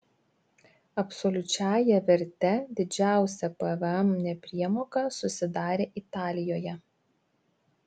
absoliučiąja verte didžiausia pvm nepriemoka susidarė italijoje